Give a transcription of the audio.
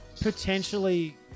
potentially